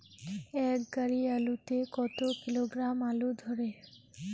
এক গাড়ি আলু তে কত কিলোগ্রাম আলু ধরে?